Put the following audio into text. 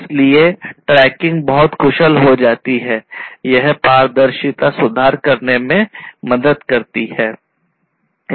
इसलिए ट्रैकिंग बहुत कुशल हो जाती है यह पारदर्शिता सुधार करने में मदद करती है